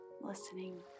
listening